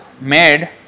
made